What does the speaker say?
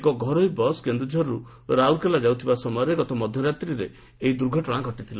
ଏକ ଘରୋଇ ବସ୍ କେନ୍ଦୁଝରରୁ ରାଉରକେଲା ଯାଉଥିବା ସମୟରେ ମଧ୍ୟରାତ୍ରିରେ ଏହି ଦୁର୍ଘଟଶା ଘଟିଥିଲା